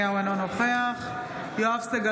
בהצבעה בנימין נתניהו, אינו נוכח יואב סגלוביץ'